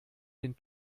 den